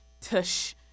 Tush